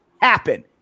happen